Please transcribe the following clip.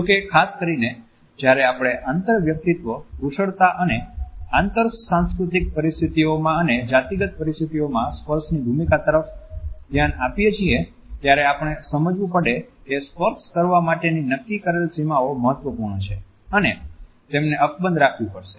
જો કે ખાસ કરીને જ્યારે આપણે આંતરવ્યક્તિત્વ કુશળતા અને આંતરસંસ્કૃતિક પરિસ્થિતિઓમાં અને જાતિગત પરિસ્થિતિઓમાં સ્પર્શની ભૂમિકા તરફ ધ્યાન આપીએ છીએ ત્યારે આપણે સમજવું પડે કે સ્પર્શ કરવા માટેની નક્કી કરેલ સીમાઓ મહત્વપૂર્ણ છે અને તેમને અકબંધ રાખવી પડશે